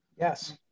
yes